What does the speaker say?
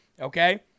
Okay